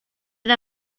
era